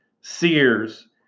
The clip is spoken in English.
Sears